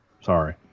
sorry